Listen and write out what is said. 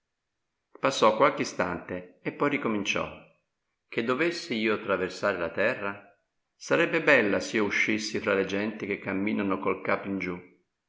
passò qualche istante e poi rincominciò che dovessi io traversare la terra sarebbe bella s'io uscissi fra le genti che camminano col capo in giù